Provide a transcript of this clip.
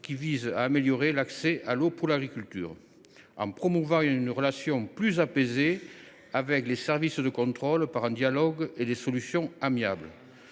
visant à améliorer l’accès à l’eau pour l’agriculture. Enfin, elle promeut une relation plus apaisée avec les services de contrôle par un dialogue et des solutions amiables.